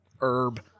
herb